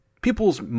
People's